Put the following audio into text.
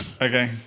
Okay